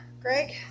greg